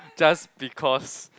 just because